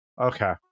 Okay